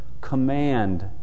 command